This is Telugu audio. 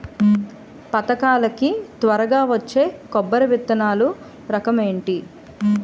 పథకాల కి త్వరగా వచ్చే కొబ్బరి విత్తనాలు రకం ఏంటి?